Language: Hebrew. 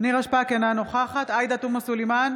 נירה שפק, אינה נוכחת עאידה תומא סלימאן,